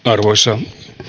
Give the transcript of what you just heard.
arvoisa